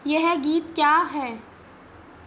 यह गीत क्या है